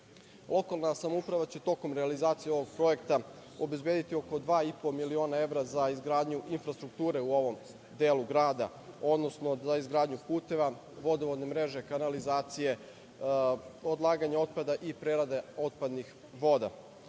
opremu. Lokalna samouprava će tokom realizacije ovog projekta obezbedi oko dva i po miliona evra za izgradnju infrastrukture u ovom delu grada, odnosno za izgradnju puteva, vodovodne mreže, kanalizacije, odlaganje otpada i prerade otpadnih